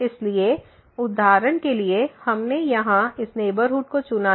इसलिए उदाहरण के लिए हमने यहां इस नेबरहुड को चुना है